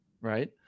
right